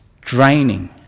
draining